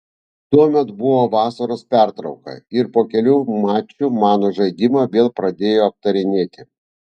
tuomet buvo vasaros pertrauka ir po kelių mačų mano žaidimą vėl pradėjo aptarinėti